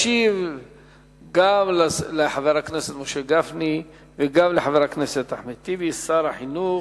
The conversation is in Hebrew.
ישיב גם לחבר הכנסת משה גפני וגם לחבר הכנסת אחמד טיבי שר החינוך,